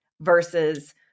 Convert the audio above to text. versus